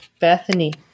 Bethany